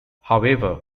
however